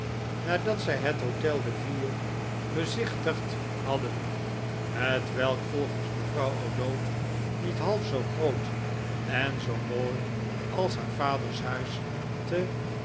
nadat zij het hotel de ville bezichtigd hadden hetwelk volgens mevrouw o'dowd niet half zoo groot en zoo mooi als haar vader s huis te